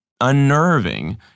unnerving